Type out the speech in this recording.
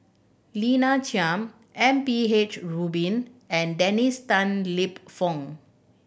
Lina Chiam M P H Rubin and Dennis Tan Lip Fong